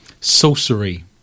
Sorcery